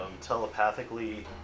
telepathically